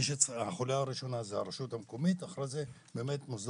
החוליה הראשונה היא הרשות המקומית ואחריה נכנסים